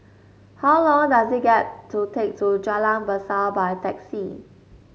how long does it get to take to Jalan Berseh by taxi